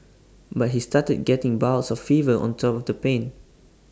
but he started getting bouts of fever on top of the pain